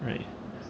right